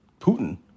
Putin